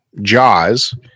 Jaws